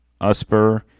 usper